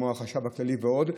כמו החשב הכללי ועוד.